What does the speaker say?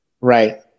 Right